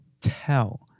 tell